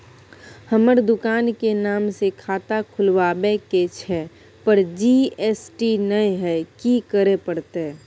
हमर दुकान के नाम से खाता खुलवाबै के छै पर जी.एस.टी नय हय कि करे परतै?